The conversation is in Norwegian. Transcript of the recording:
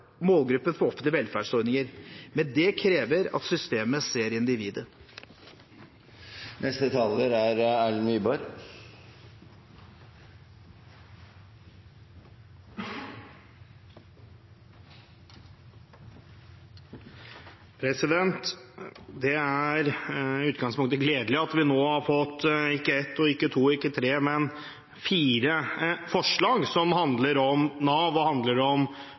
for offentlige velferdsordninger, men det krever at systemet ser individet. De talere som heretter får ordet, har en taletid på inntil 3 minutter. Det er i utgangspunktet gledelig at vi nå har fått ikke ett, ikke to og ikke tre, men fire forslag som handler om Nav og om